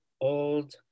old